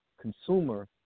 consumer